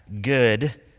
good